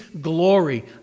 glory